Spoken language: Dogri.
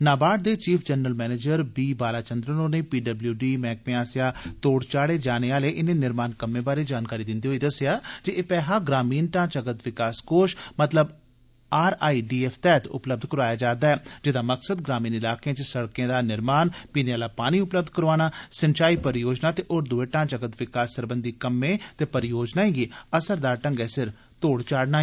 नाबार्ड दे chief general manager P Bala Chandran होरें पी डब्लयू डी मैहकमे आस्सेआ तोड़ चाढ़े जाने आले इनें निर्माण कम्में बारै जानकारी दिन्दे होई दस्सेआ जे एह् पैहा ग्रामीण ढांचागत विकास कोष मतलब आर आई डी एफ तैहत उपलब्य कराया जारदा ऐ जेहदा मकसद ग्रामीण इलाकें च सड़कें दा निर्माण पीने आला पानी सिंचाई परियोजनां ते होर दुए ढांचागत विकास सरबंधी कम्में ते परियोजनाएं गी असरदार ढंगै सिर अमल च आनना ऐ